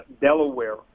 Delaware